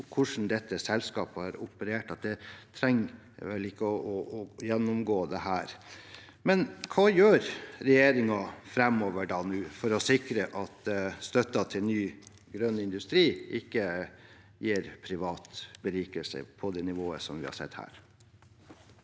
hvordan dette selskapet opererte at jeg vel ikke trenger å gjennomgå det her. Hva gjør regjeringen framover nå for å sikre at støtte til ny grønn industri ikke gir privat berikelse på det nivået som vi har sett her?